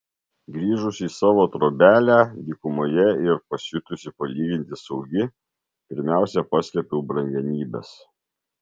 grįžusi į savo trobelę dykumoje ir pasijutusi palyginti saugi pirmiausia paslėpiau brangenybes